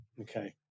Okay